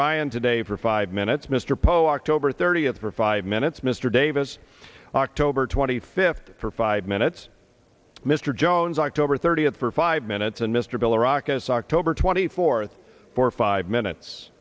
ryan today for five minutes mr poe october thirtieth for five minutes mr davis october twenty fifth for five minutes mr jones october thirtieth for five minutes and mr bell rock a sock over twenty fourth for five minutes